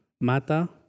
Mata